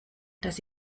dass